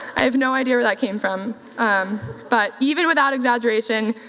i have no idea where that came from um but even with that exaggeration,